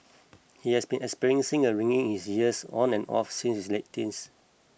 he has been experiencing a ringing in his ears on and off since his late teens